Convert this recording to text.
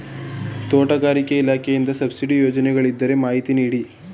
ತೋಟಗಾರಿಕೆ ಇಲಾಖೆಯಿಂದ ಸಬ್ಸಿಡಿ ಯೋಜನೆಗಳಿದ್ದರೆ ಮಾಹಿತಿ ನೀಡಿ?